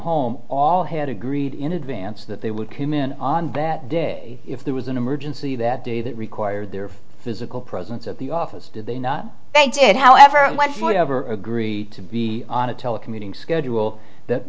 home all had agreed in advance that they would came in on that day if there was an emergency that day that required their physical presence at the office did they not they did however whatever agreed to be on a telecommuting schedule that